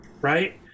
right